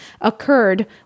occurred